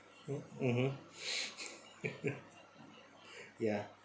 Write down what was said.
(mm hmm ) ya